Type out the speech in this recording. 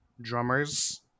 drummers